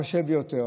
ושיהא הקשה ביותר,